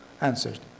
answered